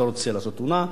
לא רוצה לעשות תאונה,